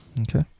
Okay